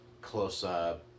close-up